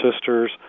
sisters